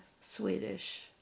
Swedish